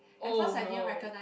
oh no